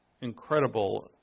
incredible